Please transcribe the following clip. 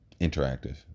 Interactive